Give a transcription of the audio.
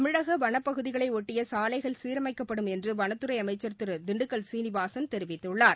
தமிழக வனப்பகுதிகளையொட்டிய சாலைகள் சீரமைக்கப்படும் என்று வனத்துறை அமைச்சர் திரு திண்டுக்கல் சீனிவாசன் தெரிவித்துள்ளார்